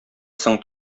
соң